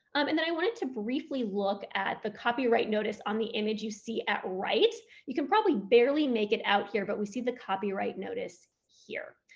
and then i wanted to briefly look at the copyright notice on the image you see at right. you can probably barely make it out here, but we see the copyright notice here,